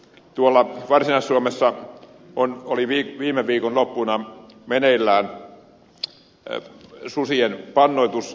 tuolla varsinais suomessa oli viime viikonloppuna meneillään susien pannoitus